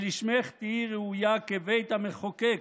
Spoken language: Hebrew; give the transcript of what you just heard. שלשמך תהיי ראויה כבית המחוקק,